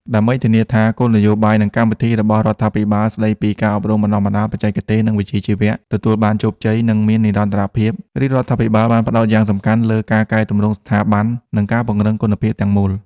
ដើម្បីធានាថាគោលនយោបាយ និងកម្មវិធីរបស់រដ្ឋាភិបាលស្តីពី ការអប់រំបណ្តុះបណ្តាលបច្ចេកទេស និងវិជ្ជាជីវៈ ទទួលបានជោគជ័យ និងមាននិរន្តរភាព រាជរដ្ឋាភិបាលបានផ្តោតយ៉ាងសំខាន់លើ ការកែទម្រង់ស្ថាប័ន និងការពង្រឹងគុណភាពទាំងមូល។